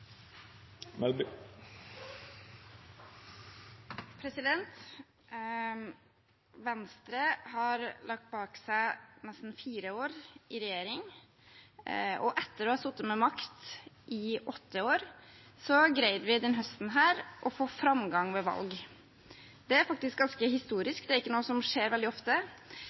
omme. Venstre har lagt bak seg nesten fire år i regjering, og etter å ha sittet med makt i åtte år greide vi denne høsten å få framgang ved valg. Det er faktisk ganske historisk – det er ikke noe som skjer veldig ofte.